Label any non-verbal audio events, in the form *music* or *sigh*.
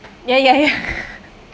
ya ya ya *laughs*